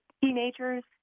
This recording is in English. teenagers